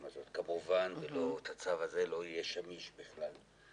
הזאת כמובן והצו הזה לא יהיה שמיש בכלל,